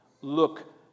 look